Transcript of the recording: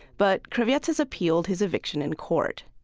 but kravets has appealed his eviction in court.